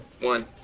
One